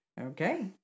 Okay